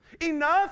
Enough